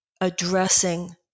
addressing